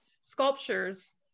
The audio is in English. sculptures